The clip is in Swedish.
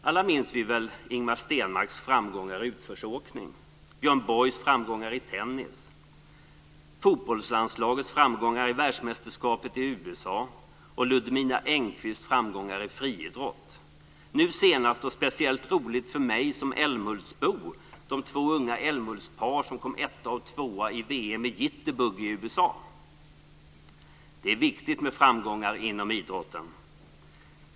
Alla minns vi väl Ingemar Stenmarks framgångar i utförsåkning, Björn Borgs framgångar i tennis, fotbollslandslagets framgångar i världsmästerskapet i Nu senast, och det är speciellt roligt för mig som älmhultsbo, har vi de två unga älmhultspar som kom etta och tvåa i VM i jitterbug i USA. Det är viktigt med framgångar inom idrott.